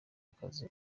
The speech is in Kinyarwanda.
akazi